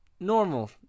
Normal